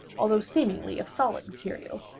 although seemingly of solid material,